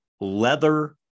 leather